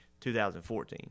2014